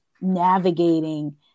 navigating